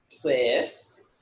Twist